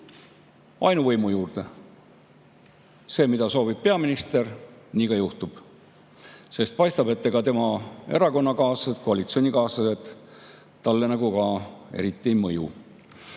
ainuvõimu juurde. See, mida soovib peaminister, see ka juhtub. Paistab, et ega tema erakonnakaaslased, koalitsioonikaaslased, talle nagu ka eriti mõju